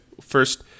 first